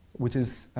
which is